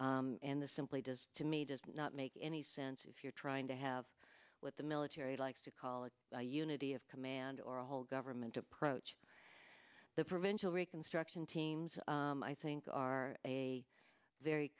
in the simply does to me does not make any sense if you're trying to have what the military likes to call it a unity of command or a whole government approach the provincial reconstruction teams i think are a very